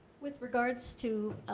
with regards to